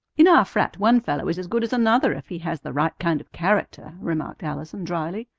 in our frat one fellow is as good as another if he has the right kind of character, remarked allison dryly.